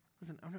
Listen